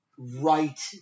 Right